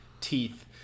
Teeth